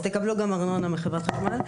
אז תקבלו גם ארנונה מחב' החשמל.